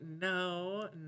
no